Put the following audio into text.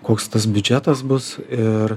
koks tas biudžetas bus ir